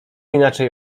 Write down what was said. inaczej